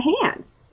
hands